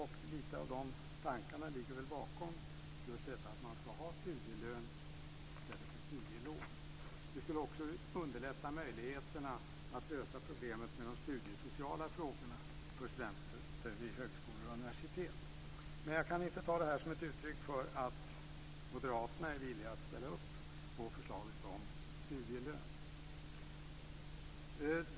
Lite av de tankarna ligger väl bakom att man ska ha studielön i stället för studielån. Det skulle också förbättra möjligheterna att lösa problemet med de studiesociala frågorna för studenter vid högskolor och universitet. Jag kan dock inte ta det här som ett uttryck för att moderaterna är villiga att ställa sig bakom förslaget om studielön.